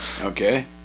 Okay